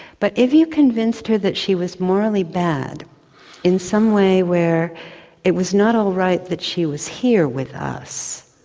but if you convinced her that she was morally bad in some way where it was not all right that she was here with us,